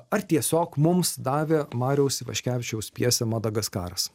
ar tiesiog mums davė mariaus ivaškevičiaus pjesė madagaskaras